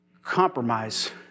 compromise